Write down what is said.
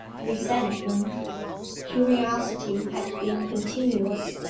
resentment curiosity had been continuous.